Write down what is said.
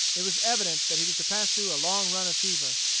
it was evident that he was to pass through a long run of fever,